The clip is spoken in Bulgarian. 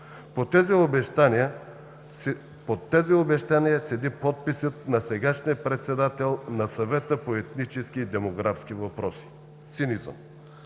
Под тези обещания седи подписът на сегашния председател на Съвета по етнически и демографски въпроси. Цинизъм!